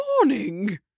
morning